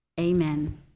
Amen